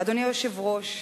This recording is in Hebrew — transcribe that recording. אדוני היושב-ראש,